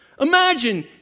Imagine